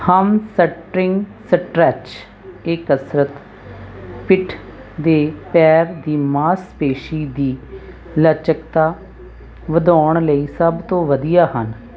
hamstring stretch ਇਹ ਕਸਰਤ ਪਿੱਠ ਦੇ ਪੈਰ ਦੀ ਮਾਸਪੇਸ਼ੀ ਦੀ ਲਚਕਤਾ ਵਧਾਉਣ ਲਈ ਸਭ ਤੋਂ ਵਧੀਆ ਹਨ